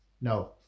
no